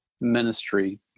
ministry